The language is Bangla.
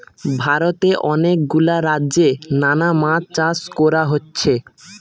ভারতে অনেক গুলা রাজ্যে নানা মাছ চাষ কোরা হচ্ছে